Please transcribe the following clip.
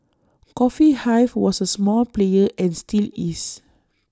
coffee hive was A small player and still is